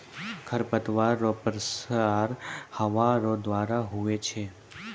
खरपतवार रो प्रसार हवा रो द्वारा से हुवै छै